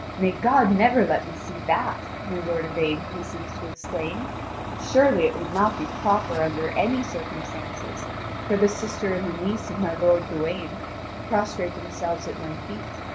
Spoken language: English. may god never let me see that! my lord yvain hastens to exclaim surely it would not be proper under any circumstances for the sister and the niece of my lord gawain to prostrate themselves at my feet.